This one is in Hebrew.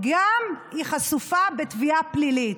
היא גם חשופה לתביעה פלילית.